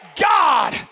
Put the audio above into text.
God